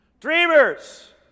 Dreamers